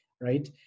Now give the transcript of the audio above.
right